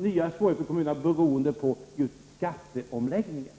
nya svårigheter beroende på skatteomläggningen.